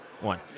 One